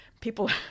people